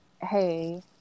Hey